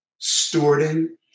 stewarding